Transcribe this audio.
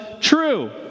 true